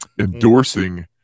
endorsing